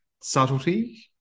subtlety